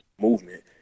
movement